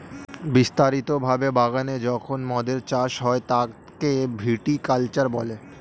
বিস্তারিত ভাবে বাগানে যখন মদের চাষ হয় তাকে ভিটি কালচার বলে